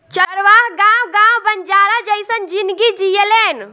चरवाह गावं गावं बंजारा जइसन जिनगी जिऐलेन